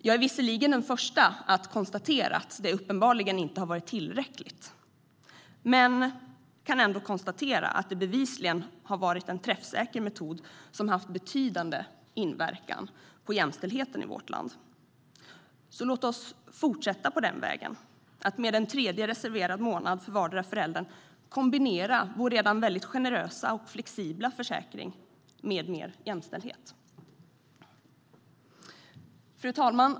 Jag är visserligen den första att konstatera att det uppenbarligen inte har varit tillräckligt, men bevisligen har det ändå varit en träffsäker metod som haft betydande inverkan på jämställdheten i vårt land. Låt oss fortsätta på den vägen att med en tredje reserverad månad för vardera föräldern kombinera vår redan väldigt generösa och flexibla försäkring med mer jämställdhet! Fru talman!